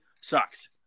sucks